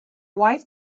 wife